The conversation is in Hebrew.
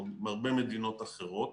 ועם עוד הרבה מדינות אחרות.